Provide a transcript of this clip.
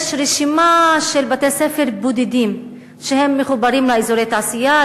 יש רשימה של בתי-ספר בודדים שמחוברים לאזורי תעשייה,